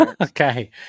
okay